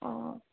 অ'